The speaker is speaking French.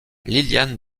liliane